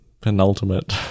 penultimate